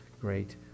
great